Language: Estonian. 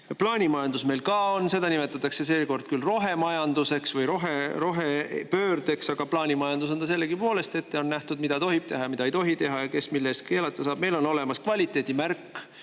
Plaanimajandus meil on, seda nimetatakse seekord küll rohemajanduseks või rohepöördeks, aga plaanimajandus on ta sellegipoolest. Ette on nähtud, mida tohib teha ja mida ei tohi teha ning kes mille eest keelata saab. Meil on olemas kvaliteedimärk